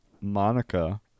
Monica